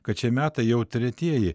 kad šie metai jau tretieji